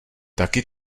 taky